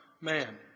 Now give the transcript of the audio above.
man